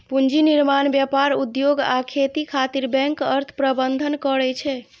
पूंजी निर्माण, व्यापार, उद्योग आ खेती खातिर बैंक अर्थ प्रबंधन करै छै